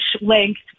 length